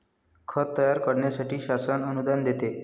खत तयार करण्यासाठी शासन अनुदान देते